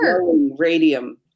radium